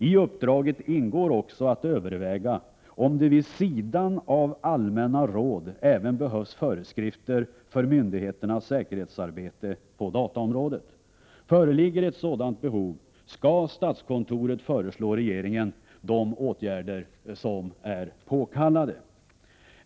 I uppdraget ingår också att överväga om det vid sidan av allmänna råd även behövs föreskrifter för myndigheternas säkerhetsarbete på dataområdet. Föreligger ett sådant behov skall statskontoret föreslå regeringen de åtgärder som är påkallade.